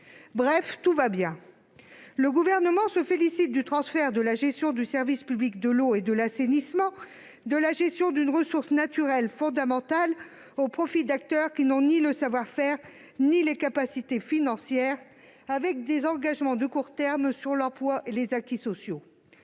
Bref, tout va bien ! Le Gouvernement se félicite du transfert de la gestion du service public de l'eau et de l'assainissement, de la gestion d'une ressource naturelle fondamentale, au profit d'acteurs qui n'ont ni le savoir-faire ni les capacités financières, avec des engagements de court terme sur l'emploi et les acquis sociaux.